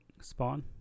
Spawn